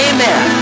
Amen